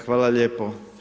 Hvala lijepo.